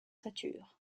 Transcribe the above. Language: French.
satur